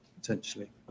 potentially